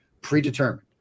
predetermined